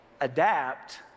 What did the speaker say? adapt